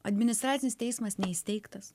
administracinis teismas neįsteigtas